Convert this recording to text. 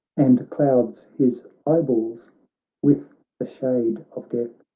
and clouds his eyeballs with the shade of death